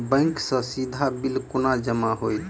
Bank सँ सीधा bill केना जमा होइत?